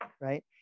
right